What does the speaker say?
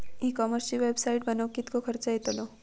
E कॉमर्सची website बनवक किततो खर्च येतलो?